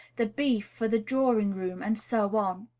the beef for the drawing-room, and so on.